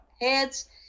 heads